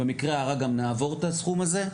במקרה הרע גם נעבור את הסכום הזה.